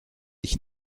ich